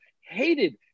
hated